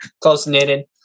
close-knitted